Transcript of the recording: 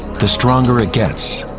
the stronger it gets.